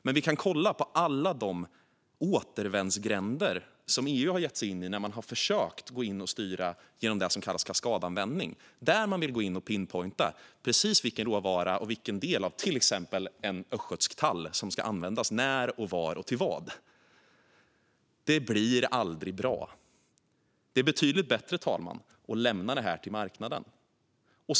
Men vi kan kolla på alla de återvändsgränder som EU har gett sig in i när man har försökt gå in och styra genom det som kallas kaskadanvändning, där man vill gå in och pinpointa precis vilken råvara och vilken del av till exempel en östgötsk tall som ska användas när, var och till vad. Det blir aldrig bra! Det är betydligt bättre att lämna det här till marknaden, fru talman.